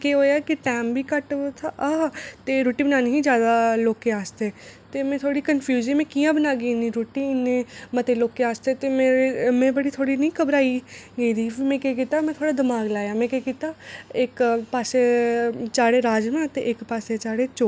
पनीर बगैरा पूड़ियां बनानियां मठाई बनानी ऐं सारें जनें गी सद्दना हल्ले म्हल्ले आह्लें गी मठाई बंडनियां ते घरै दिया त्यारियां करनियां सफेदियां हर इक्क जगनमालां बगैरा लग्गा दियां न